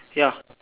ya